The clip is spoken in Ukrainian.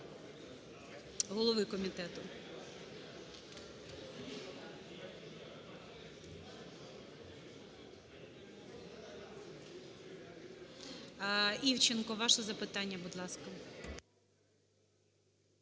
Голови комітету. Івченко, ваше запитання, будь ласка.